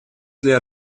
для